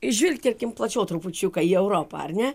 žvilgtelkim plačiau trupučiuką į europą ar ne